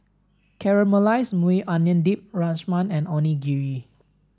Caramelized Maui Onion Dip Rajma and Onigiri